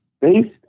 based